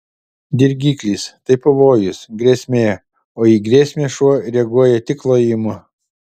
dirgiklis tai pavojus grėsmė o į grėsmę šuo reaguoja tik lojimu